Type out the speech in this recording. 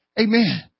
amen